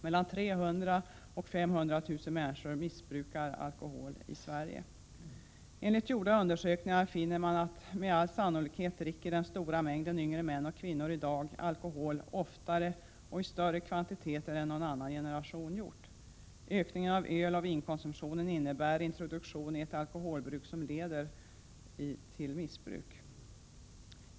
Mellan 300 000 och 500 000 människor i Sverige missbrukar alkohol. Enligt gjorda undersökningar dricker den stora mängden yngre män och kvinnor i dag med all sannorlikhet alkohol oftare och i större kvantiteter än någon annan generation gjort. Ökningen av öloch vinkonsumtionen innebär introduktion i ett alkoholbruk som leder till missbruk.